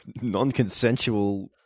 non-consensual